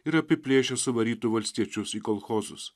ir apiplėšia suvarytų valstiečius į kolchozus